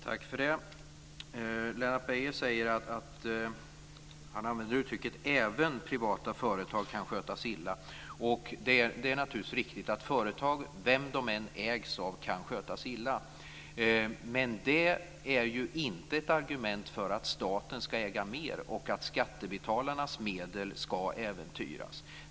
Herr talman! Lennart Beijer använder uttrycket: Även privata företag kan skötas illa. Det är naturligtvis riktigt att företag, vilka de än ägs av, kan skötas illa. Men det är ju inte ett argument för att staten ska äga mer och att skattebetalarnas medel ska äventyras.